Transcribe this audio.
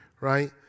Right